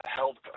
help